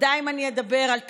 ודי אם אני אדבר על תחבורה,